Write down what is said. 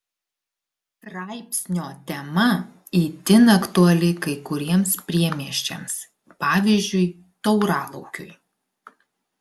straipsnio tema itin aktuali kai kuriems priemiesčiams pavyzdžiui tauralaukiui